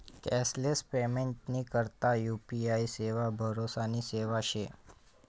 cashless पेमेंटनी करता UPI सेवा भरोसानी सेवा शे